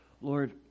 Lord